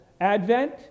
advent